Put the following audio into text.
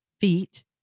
feet